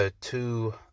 Two